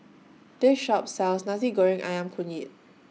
This Shop sells Nasi Goreng Ayam Kunyit